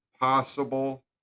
possible